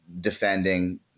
defending